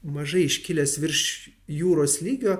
mažai iškilęs virš jūros lygio